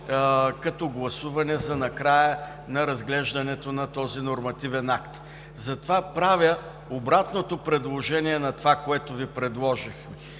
за гласуване за края на разглеждането на този нормативен акт. Затова правя обратното предложение на това, което Ви предложих,